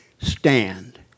stand